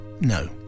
No